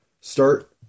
start